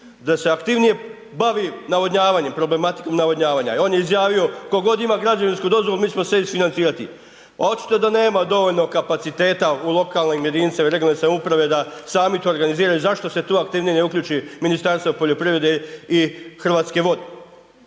da se aktivnije bavi navodnjavanjem, problematikom navodnjavanja. On je izjavio tko god ima građevinsku dozvolu mi ćemo sve isfinancirati, a očito da nema dovoljno kapaciteta u lokalnim jedinima regionalne samouprave da sami to organiziraju. Zašto se tu aktivnije ne uključi Ministarstvo poljoprivrede i Hrvatske vode?